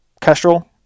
Kestrel